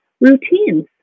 routines